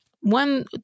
one